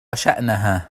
شأنها